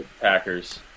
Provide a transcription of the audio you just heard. Packers